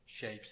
shapes